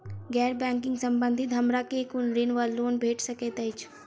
गैर बैंकिंग संबंधित हमरा केँ कुन ऋण वा लोन भेट सकैत अछि?